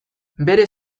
bere